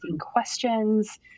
questions